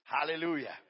Hallelujah